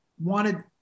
wanted